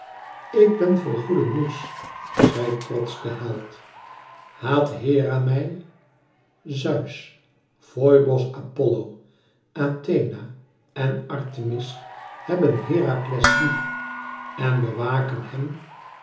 ik ben vol goeden moeds zei trotsch de held haat hera mij zeus foibos apollo athena en artemis hebben herakles lief en bewaken hem